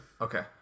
Okay